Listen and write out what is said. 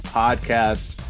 podcast